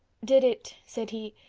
did it, said he,